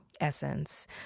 essence